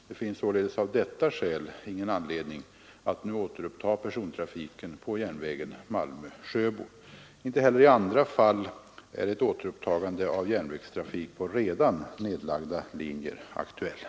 Det finns således av detta skäl ingen anledning att nu återuppta persontrafiken på järnvägen Malmö—Sjöbo. Inte heller i andra fall är ett återupptagande av järnvägstrafik på redan nedlagda linjer aktuellt.